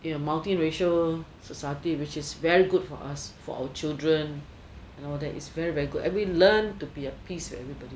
in a multi racial society which is very good for us for our children and all that it's very very good every learn to be a piece for everybody